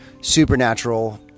supernatural